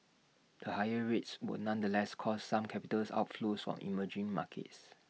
the higher rates would nonetheless cause some capitals outflows from emerging markets